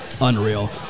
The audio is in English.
Unreal